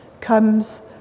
comes